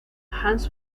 hans